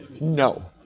No